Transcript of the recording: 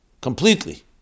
completely